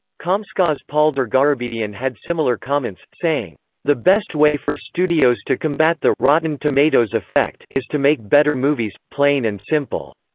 comscore's paul dergarabedian had similar comments, saying the best way for studios to combat the rotten tomatoes effect is to make better movies, plain and simple.